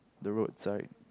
the road side